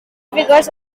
figures